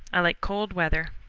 i like cold weather.